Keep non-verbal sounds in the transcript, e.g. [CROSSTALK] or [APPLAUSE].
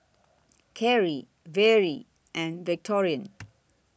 Kerri Vere and Victorine [NOISE]